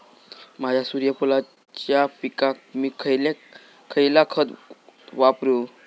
माझ्या सूर्यफुलाच्या पिकाक मी खयला खत वापरू?